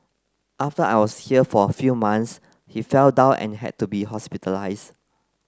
after I was here for a few months he fell down and had to be hospitalised